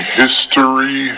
history